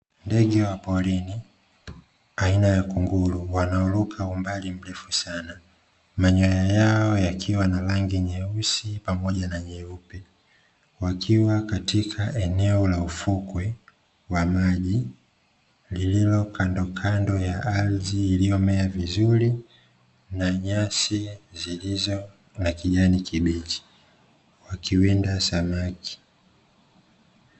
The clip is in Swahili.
Ndege wa porini aina ya kunguru, wanaoruka umbali mrefu sana, manyoya yao yakiwa na rangi nyeusi pamoja na nyeupe, wakiwa katika eneo la ufukwe wa maji, lililo kandokando ya ardhi iliyomea vizuri, na nyasi zilizo na kijani kibichi, wakiwinda samaki.